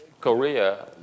Korea